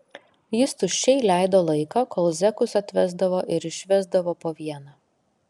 jis tuščiai leido laiką kol zekus atvesdavo ir išvesdavo po vieną